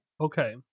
Okay